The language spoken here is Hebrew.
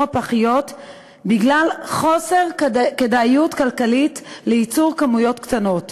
הפחיות בגלל חוסר כדאיות כלכלית לייצר כמויות קטנות.